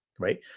right